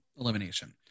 elimination